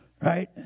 Right